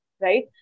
right